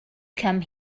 come